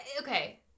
okay